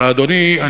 אדוני,